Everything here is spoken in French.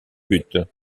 buts